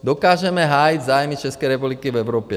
Dokážeme hájit zájmy České republiky v Evropě.